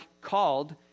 called